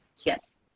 Yes